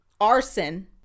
arson